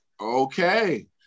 Okay